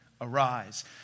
Arise